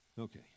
Okay